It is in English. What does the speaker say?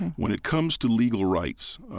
when it comes to legal rights,